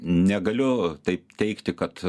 negaliu taip teigti kad